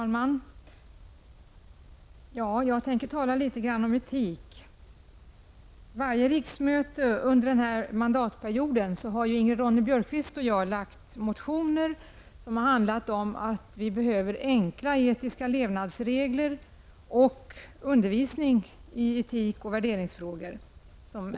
Herr talman! Jag tänker tala litet grand om etik. Ingrid Ronne-Björkqvist och jag avgett motioner om att det behövs enkla etiska levnadsregler och undervisning värd namnet i etik och värderingsfrågor.